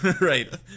Right